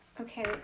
Okay